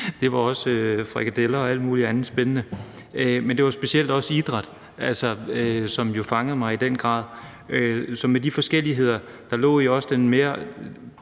det var også frikadeller og alt muligt andet spændende, men det var jo altså specielt også idræt, som fangede mig i den grad. Så med de forskelligheder, der lå i den, synes